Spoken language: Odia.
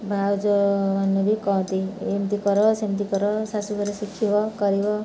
ଭାଉଜ ମାନେ ବି କହନ୍ତି ଏମିତି କର ସେମିତି କର ଶାଶୁ ଘରେ ଶିଖିବ କରିବ